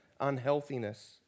unhealthiness